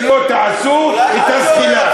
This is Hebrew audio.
שלא תעשו את הסקילה.